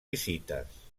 visites